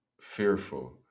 fearful